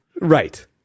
Right